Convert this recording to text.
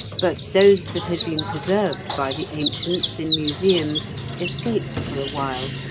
but those that had been preserved by the ancients in museums escaped for a while,